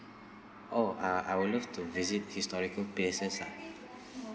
oh uh I would love to visit historical places ah